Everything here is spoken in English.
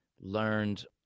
learned